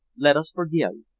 let us forgive.